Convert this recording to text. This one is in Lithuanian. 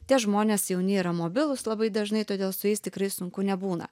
tie žmonės jauni yra mobilūs labai dažnai todėl su jais tikrai sunku nebūna